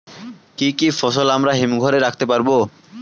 কি কি ফসল আমরা হিমঘর এ রাখতে পারব?